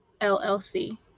LLC